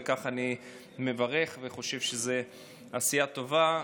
וכך אני מברך וחושב שזו עשייה טובה.